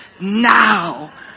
now